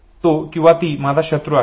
तो किंवा ती माझा शत्रू आहे